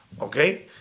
okay